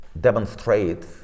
demonstrate